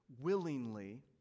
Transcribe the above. willingly